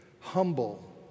humble